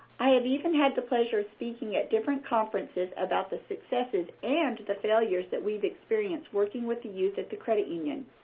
i have even had the pleasure of speaking at different conferences about the successes and the failures that we've experienced working with the youth at the credit union.